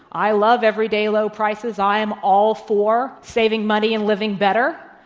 i love everyday low prices. i am all four saving money and living better,